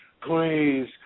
Please